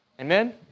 Amen